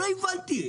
לא הבנתי,